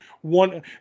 one